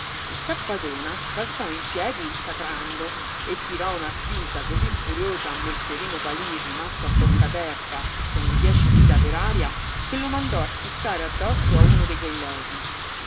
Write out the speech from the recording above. il cappadona balzò in piedi sacrando e tirò una spinta cosí furiosa a melchiorino palí rimasto a bocca aperta e con le dieci dita per aria che lo mandò a schizzare addosso a uno dei colleghi